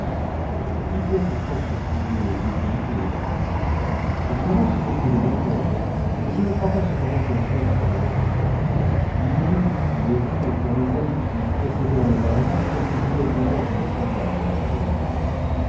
il doit pourtant se trouver dépaysé évidemment ce n'est plus le même monde mais je ne crois pas cependant que swann soit malheureux il y a eu il est vrai dans les années qui précédèrent le mariage d'assez vilaines manœuvres de chantage de la part de la femme